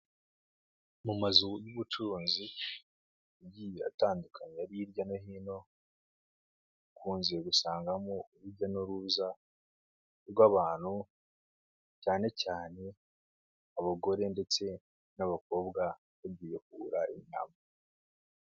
Mu mazu y'ubucuruzi agiye atandukanye ari hirya no hino, ukunze gusangamo urujya n'uruza rw'abantu, cyane cyane abagore ndetse n'abakobwa bagiye kugura inyama.